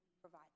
provide